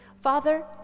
Father